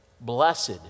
Blessed